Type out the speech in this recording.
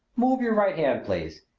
move your right hand, please!